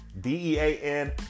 D-E-A-N